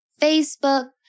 Facebook